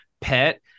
pet